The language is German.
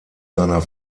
seiner